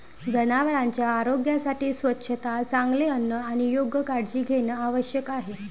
जनावरांच्या आरोग्यासाठी स्वच्छता, चांगले अन्न आणि योग्य काळजी आवश्यक आहे